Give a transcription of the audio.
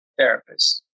therapists